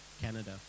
Canada